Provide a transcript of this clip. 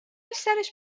سرش